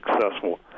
successful